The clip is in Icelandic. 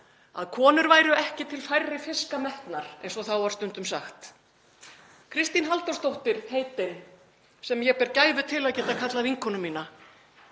að konur væru ekki til færri fiska metnar eins og þá var stundum sagt. Kristín Halldórsdóttir heitin, sem ég ber gæfu til að geta kallað vinkonu mína,